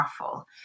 powerful